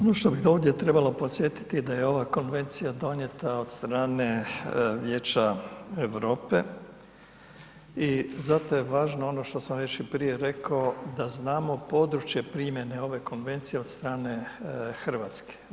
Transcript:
Ono što bi ovdje trebalo podsjetiti da je ova konvencija donijeta od strane Vijeća Europe i zato je važno ono što sam već i prije rekao da znamo područje primjene ove konvencije od strane Hrvatske.